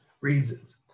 reasons